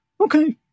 okay